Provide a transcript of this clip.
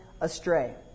astray